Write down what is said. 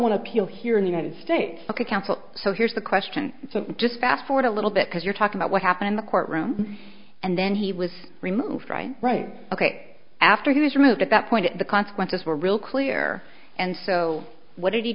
want to appeal here in the united states the council so here's the question just fast forward a little bit because you're talking about what happened in the courtroom and then he was removed right right ok after he was removed at that point the consequences were real clear and so what did he